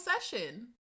session